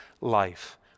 life